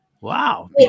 wow